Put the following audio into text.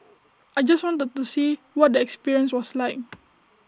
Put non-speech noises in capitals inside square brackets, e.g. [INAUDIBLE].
I just wanted to see what the experience was like [NOISE]